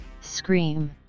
Scream